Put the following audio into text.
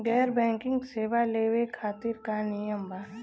गैर बैंकिंग सेवा लेवे खातिर का नियम बा?